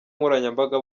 nkoranyambaga